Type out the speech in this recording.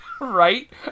right